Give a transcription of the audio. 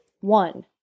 one